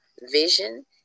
vision